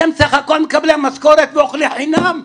אתם סך הכול מקבלי משכורת ואוכלי חינם.